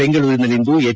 ಬೆಂಗಳೂರಿನಲ್ಲಿಂದು ಹೆಚ್